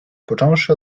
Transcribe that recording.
począwszy